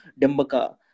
dembaka